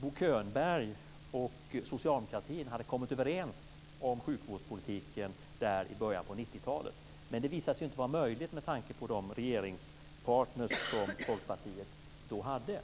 Bo Könberg och socialdemokratin hade kommit överens om sjukvårdspolitiken i början av 90-talet. Men det visade sig inte vara möjligt med tanke på de regeringspartner som Folkpartiet då hade.